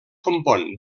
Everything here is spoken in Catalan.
compon